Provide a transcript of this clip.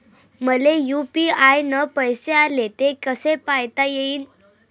मले यू.पी.आय न पैसे आले, ते कसे पायता येईन?